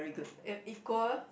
it equal